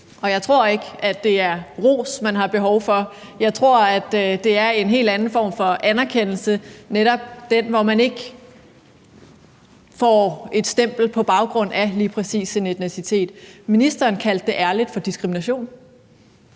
jeg tror ikke, det er ros, man har behov for, jeg tror, at det er en helt anden form for anerkendelse, netop den, hvor man ikke får et stempel på baggrund af lige præcis en etnicitet. Ministeren kaldte det ærligt for diskrimination.